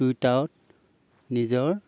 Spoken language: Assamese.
টুইটাৰত নিজৰ